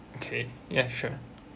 okay ya sure